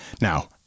Now